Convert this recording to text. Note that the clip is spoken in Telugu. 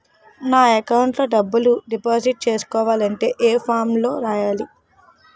నా అకౌంట్ లో డబ్బులు డిపాజిట్ చేసుకోవాలంటే ఏ ఫామ్ లో రాయాలి?